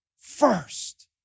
first